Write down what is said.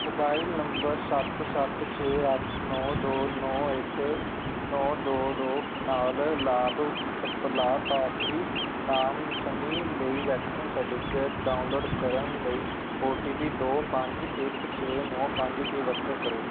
mobile number ਸੱਤ ਸੱਤ ਛੇ ਅੱਠ ਨੌਂ ਦੋ ਨੌਂ ਇੱਕ ਨੌਂ ਦੋ ਦੋ ਨਾਲ ਲਾਭ ਪ ਲਾਭਪਾਤਰੀ ਨਾਮ ਸਨੀ ਲਈ ਵੈਕਸੀਨ ਸਰਟੀਫਿਕੇਟ ਡਾਊਨਲੋਡ ਕਰਨ ਲਈ ਓ ਟੀ ਪੀ ਦੋ ਪੰਜ ਇੱਕ ਛੇ ਨੌਂ ਪੰਜ ਦੀ ਵਰਤੋਂ ਕਰੋ